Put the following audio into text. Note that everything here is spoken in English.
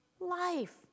Life